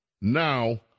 now